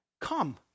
Come